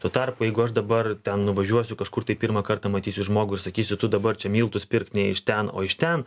tuo tarpu jeigu aš dabar ten nuvažiuosiu kažkur tai pirmą kartą matysiu žmogų ir sakysiu tu dabar čia miltus pirk ne iš ten o iš ten